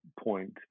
point